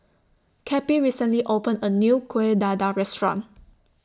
Cappie recently opened A New Kuih Dadar Restaurant